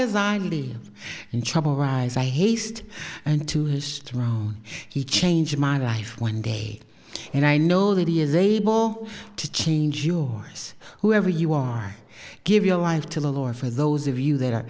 as i live and trouble arise i hasted and to his throne he changed my life one day and i know that he is able to change yours whoever you are give your life to the lord for those of you that are